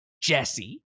Jesse